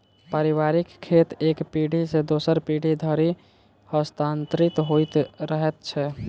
पारिवारिक खेत एक पीढ़ी सॅ दोसर पीढ़ी धरि हस्तांतरित होइत रहैत छै